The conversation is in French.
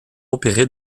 opérer